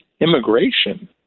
immigration